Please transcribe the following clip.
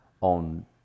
on